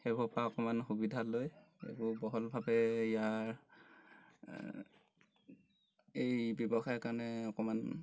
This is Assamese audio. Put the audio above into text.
সেইবোৰৰপৰা অকণমান সুবিধা লৈ এইবোৰ বহলভাৱে ইয়াৰ এই ব্যৱসায় কাৰণে অকণমান